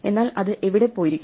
എന്നാൽ ഇത് എവിടെ പോയിരിക്കുന്നു